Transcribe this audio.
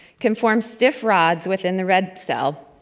can form stiff rods within the red cell,